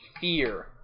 fear